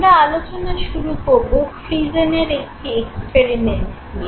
আমি আলোচনা শুরু করবো ফ্রিসেনের একটি এক্সপেরিমেন্ট দিয়ে